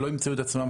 שלא ימצאו את עצמם,